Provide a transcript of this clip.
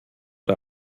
der